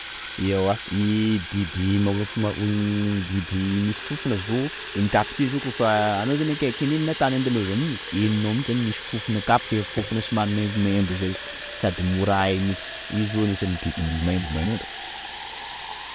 Ewa, iii biby mamof- biby misy fofona zo iny kapika iny zio koafa anao zo fa akaikiny iny na tany andalovany iny, enonao mintsy zany misy fofona kapika eo, fofona somary maimbomaimbo zay, sady mora hay mintsy, iny zio anisany biby maimbo mnm.